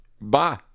Bye